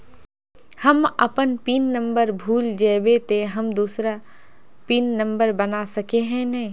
हम अपन pin number भूल जयबे ते हम दूसरा पिन नंबर बना सके है नय?